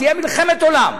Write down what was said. תהיה מלחמת עולם.